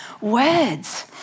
words